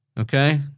Okay